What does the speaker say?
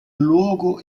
luogo